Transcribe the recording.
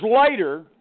later